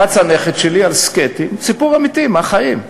רץ הנכד שלי על סקטים, סיפור אמיתי מהחיים,